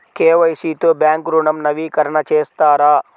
KYC తో bank ఋణం నవీకరణ చేస్తారా?